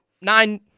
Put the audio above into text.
Nine